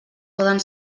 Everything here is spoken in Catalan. poden